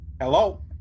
Hello